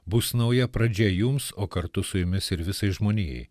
bus nauja pradžia jums o kartu su jumis ir visai žmonijai